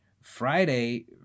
Friday